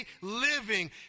living